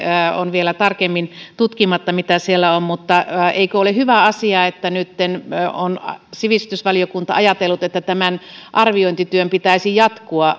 on vielä tarkemmin tutkimatta mitä siellä on mutta eikö ole hyvä asia että nytten on sivistysvaliokunta ajatellut että tämän arviointityön pitäisi